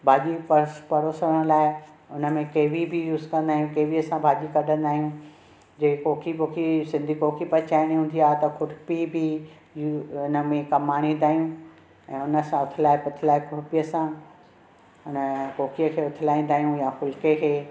भाजि॒यूं परोसणु लाइ हुन में केवी बि यूज़ कंदा आहियूं केवीअ सां भाॼी कढींदा आहियूं जीअं कोकी वोकी सिंधी कोकी पचाइणी हूंदी आहे त खुरपी बि हिन में कमु आणींदा आहियूं ऐं हुन सां उथिलाए पुथिलाए खुरपीअ सां कोकीअ खे उथलाईंदा आहियूं या फुलके खे